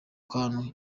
kantu